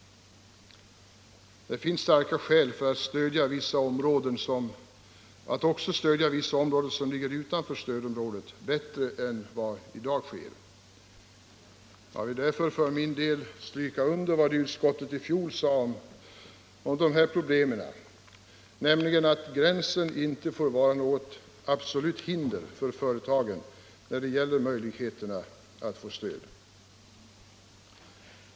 Det finns starka skäl att också stödja vissa områden, som ligger utanför stödområdet, bättre än vad i dag sker. Jag vill därför för min del stryka under vad utskottet i fjol sade om dessa problem, nämligen att gränsen inte får vara något absolut hinder för företagen när det gäller möjligheten att få stöd.